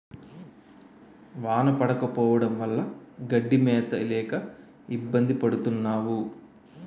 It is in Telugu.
వాన పడకపోవడం వల్ల గడ్డి మేత లేక ఇబ్బంది పడతన్నావు